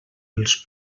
els